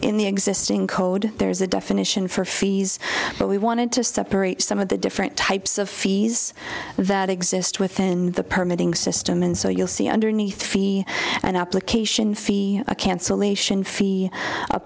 in the existing code there's a definition for fees but we wanted to separate some of the different types of fees that exist within the permitting system and so you'll see underneath fee an application fee a cancellation fee a